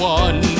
one